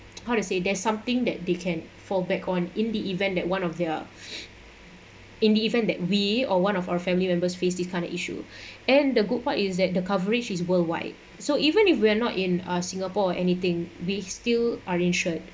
how to say there's something that they can fall back on in the event that one of their in the event that we or one of our family members face this kind of issue and the good part is that the coverage is worldwide so even if we're not in uh singapore anything we still are insured